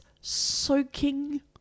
soaking